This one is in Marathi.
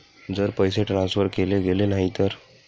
जर पैसे ट्रान्सफर केले गेले नाही तर?